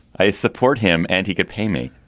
i support him and he could pay me.